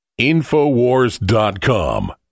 InfoWars.com